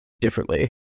differently